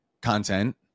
Content